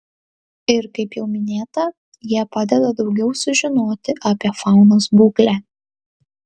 ir kaip jau minėta jie padeda daugiau sužinoti apie faunos būklę